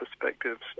perspectives